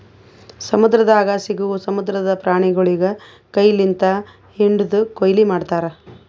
ಸಮುದ್ರದಾಗ್ ಸಿಗವು ಸಮುದ್ರದ ಪ್ರಾಣಿಗೊಳಿಗ್ ಕೈ ಲಿಂತ್ ಹಿಡ್ದು ಕೊಯ್ಲಿ ಮಾಡ್ತಾರ್